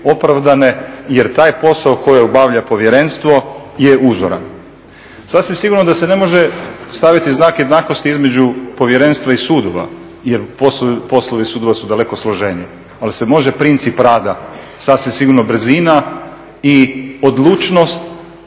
opravdane jer taj posao koji obavlja povjerenstvo je uzoran. Sasvim sigurno da se ne može staviti znak jednakosti između povjerenstva i sudova jer poslovi su daleko složeniji ali se može princip rada, sasvim sigurno brzina i odlučnost